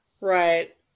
Right